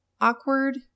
awkward